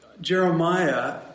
Jeremiah